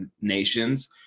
nations